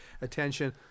attention